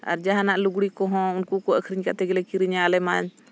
ᱟᱨ ᱡᱟᱦᱟᱱᱟᱜ ᱞᱩᱜᱽᱲᱤᱡ ᱠᱚᱦᱚᱸ ᱩᱱᱠᱩ ᱠᱚ ᱟᱠᱷᱨᱤᱧ ᱠᱟᱛᱮ ᱜᱮᱞᱮ ᱠᱤᱨᱤᱧᱟ ᱟᱞᱮ ᱢᱟ